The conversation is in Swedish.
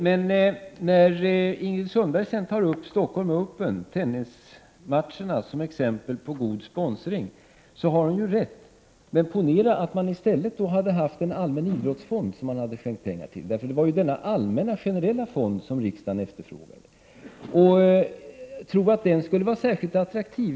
Men när Ingrid Sundberg tar tennistävlingen Stockholm Open som exempel på god sponsring har hon ju rätt. Ponera att det i stället hade funnits en allmän idrottsfond som man hade skänkt pengar till. Det var nämligen denna allmänna och generella fond som riksdagen efterfrågade. Jag undrar om den skulle vara särskilt attraktiv.